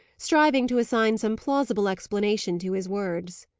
striving to assign some plausible explanation to his words.